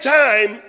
time